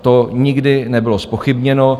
To nikdy nebylo zpochybněno.